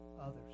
others